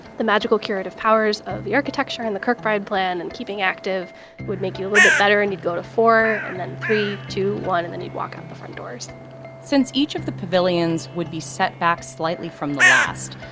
the magical curative powers of the architecture and the kirkbride plan and keeping active would make you a little bit better, and you'd go to four and then three, two, one, and then you'd walk out the front doors since each of the pavilions would be set back slightly from the last,